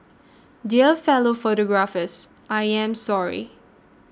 dear fellow photographers I am sorry